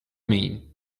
mean